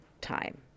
time